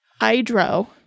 Hydro